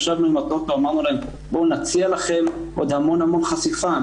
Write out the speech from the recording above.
אמרנו להם בואו נציע לכם עוד המון חשיפה.